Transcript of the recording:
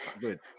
good